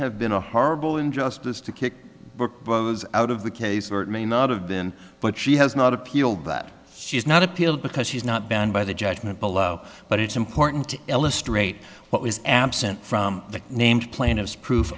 have been a horrible injustice to kick out of the case or it may not have been but she has not appealed that she's not appealed because she's not bound by the judgment below but it's important to illustrate what was absent from the named plaintiffs proof